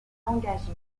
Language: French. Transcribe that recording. engage